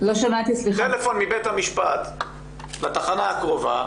טלפון מבית המשפט לתחנה הקרובה,